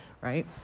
right